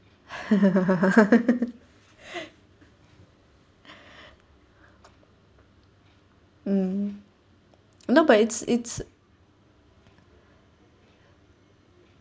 mm no but it's it's